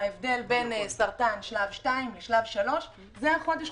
ההבדל בין סרטן שלב 2 לשלב 3 זה החודש,